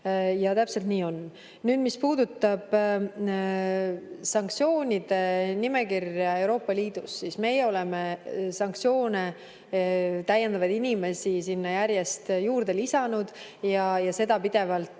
Täpselt nii on. Mis puudutab sanktsioonide nimekirja Euroopa Liidus, siis me oleme sanktsioneeritavaid inimesi sinna järjest juurde lisanud ja oleme pidevalt